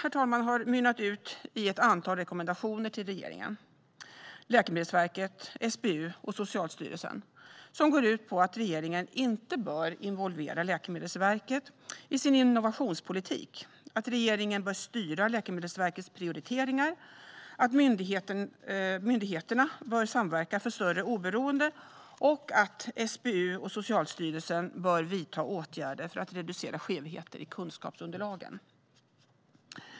Granskningen har mynnat ut i ett antal rekommendationer till regeringen, Läkemedelsverket, SBU och Socialstyrelsen som går ut på att regeringen inte bör involvera Läkemedelsverket i sin innovationspolitik, att regeringen bör styra Läkemedelsverkets prioriteringar, att myndigheterna bör samverka för större oberoende och att SBU och Socialstyrelsen bör vidta åtgärder för att reducera skevheter i kunskapsunderlagen.